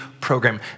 program